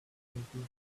jumping